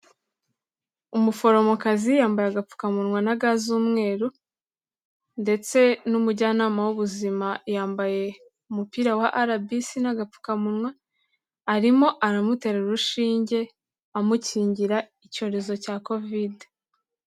Umuforomokazi yambaye agapfukamunwa na ga z'umweru, ndetse n'umujyanama w'ubuzima yambaye umupira wa RBC n'agapfukamunwa, arimo aramutera urushinge amukingira icyorezo cya Kovide.